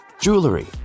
jewelry